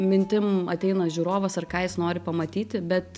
mintim ateina žiūrovas ar ką jis nori pamatyti bet